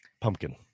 pumpkin